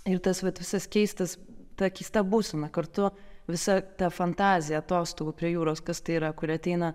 ir tas vat visas keistas ta keista būsena kartu visa ta fantazija atostogų prie jūros kas tai yra kuri ateina